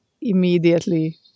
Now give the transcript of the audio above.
immediately